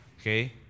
Okay